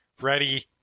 ready